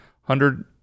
hundred